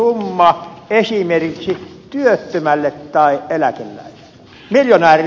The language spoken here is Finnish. miljonäärille se kyllä varmasti on